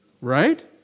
right